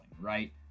right